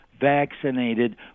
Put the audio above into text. vaccinated